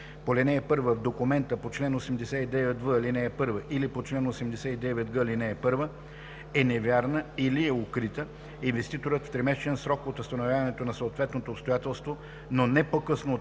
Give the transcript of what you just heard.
по ал. 1, в документа по чл. 89в, ал. 1 или по чл. 89г, ал. 1, е невярна или е укрита, инвеститорът в тримесечен срок от установяването на съответното обстоятелство, но не по-късно от една